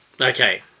Okay